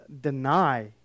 deny